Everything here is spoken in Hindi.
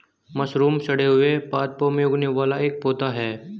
मशरूम सड़े हुए पादपों में उगने वाला एक पौधा है